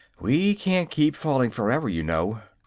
we can't keep falling forever, you know.